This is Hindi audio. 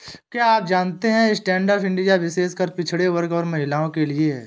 क्या आप जानते है स्टैंडअप इंडिया विशेषकर पिछड़े वर्ग और महिलाओं के लिए है?